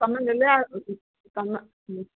ତମେ ନେଲେ